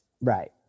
right